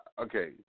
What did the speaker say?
Okay